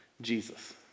Jesus